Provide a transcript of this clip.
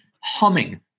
humming